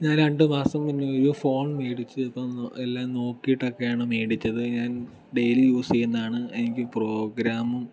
ഞാൻ രണ്ടു മാസം മുന്നേ ഒരു ഫോൺ മേടിച്ചിരുന്നു എല്ലാം നോക്കിയിട്ടൊക്കെയാണ് മേടിച്ചത് ഞാൻ ഡെയിലി യൂസ് ചെയ്യുന്നതാണ് എനിക്ക് പ്രോഗ്രാമും